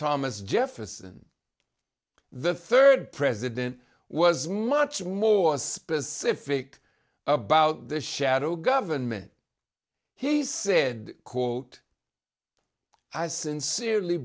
thomas jefferson the third president was much more specific about the shadow government he said quote i sincerely